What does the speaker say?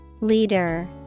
Leader